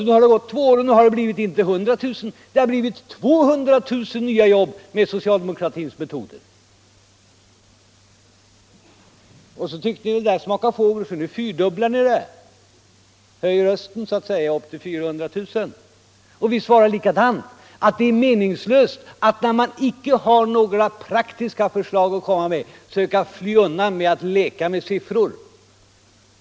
Nu efter två år har det blivit, inte 100 000 utan 200 000 nya jobb med socialdemokratins metoder. Ni tyckte att det där smakade fågel, så nu fyrdubblar ni budet, höjer så att säga rösten upp till 400 000. Vi säger likadant nu som då: När man inte har några praktiska förslag att komma med är det meningslöst att söka fly undan genom att leka med siffror.